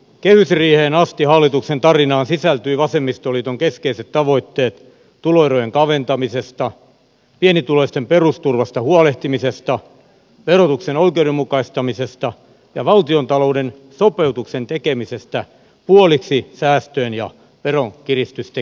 kehysriiheen asti hallituksen tarinaan sisältyivät vasemmistoliiton keskeiset tavoitteet tuloerojen kaventamisesta pienituloisten perusturvasta huolehtimisesta verotuksen oikeudenmukaistamisesta ja valtiontalouden sopeutuksen tekemisestä puoliksi säästöjen ja veronkiristysten kesken